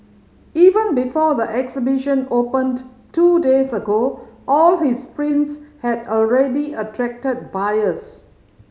even before the exhibition opened two days ago all his prints had already attracted buyers